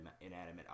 inanimate